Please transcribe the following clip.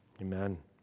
Amen